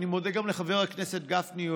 אני מודה גם לחבר הכנסת גפני,